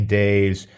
days